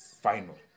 Final